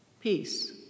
Peace